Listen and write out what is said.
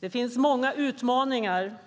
Det finns många utmaningar.